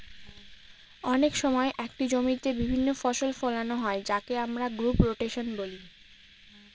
অনেক সময় একটি জমিতে বিভিন্ন ফসল ফোলানো হয় যাকে আমরা ক্রপ রোটেশন বলি